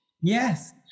Yes